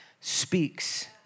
speaks